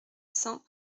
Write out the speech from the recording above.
cent